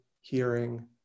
hearing